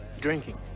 Drinking